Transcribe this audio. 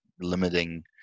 limiting